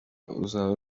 ruzaba